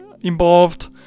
involved